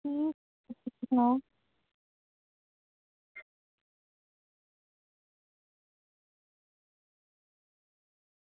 ठीक ठाक